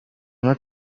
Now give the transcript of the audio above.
آنها